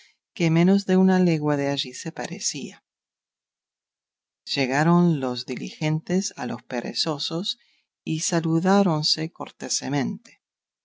que menos de una legua de allí se parecía llegaron los diligentes a los perezosos y saludáronse